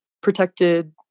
protected